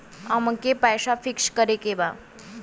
अमके पैसा फिक्स करे के बा?